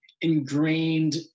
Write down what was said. ingrained